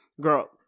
girl